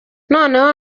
noneho